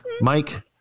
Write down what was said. Mike